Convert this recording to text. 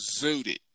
zooted